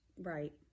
Right